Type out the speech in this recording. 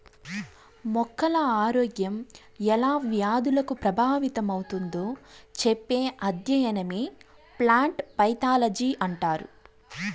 మొక్కల ఆరోగ్యం ఎలా వ్యాధులకు ప్రభావితమవుతుందో చెప్పే అధ్యయనమే ప్లాంట్ పైతాలజీ అంటారు